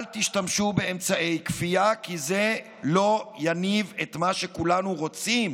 אל תשתמשו באמצעי כפייה כי זה לא יניב את מה שכולנו רוצים,